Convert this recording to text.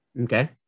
Okay